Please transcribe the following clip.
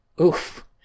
Oof